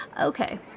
Okay